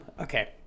okay